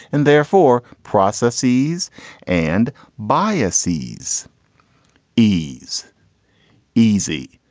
and therefore processes and biases eas eas easy.